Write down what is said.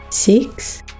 six